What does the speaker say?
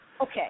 Okay